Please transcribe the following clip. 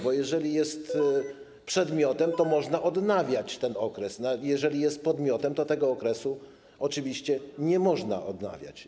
Bo jeżeli jest przedmiotem, to można odnawiać ten okres, a jeżeli jest podmiotem, to tego okresu oczywiście nie można odnawiać.